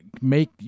make